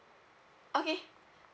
okay